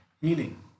healing